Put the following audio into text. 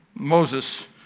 Moses